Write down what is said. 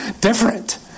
different